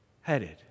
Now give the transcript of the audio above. headed